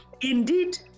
indeed